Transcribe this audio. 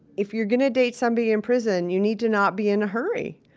if you're going to date somebody in prison, you need to not be in a hurry.